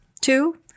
Two